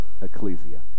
Ecclesia